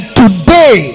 today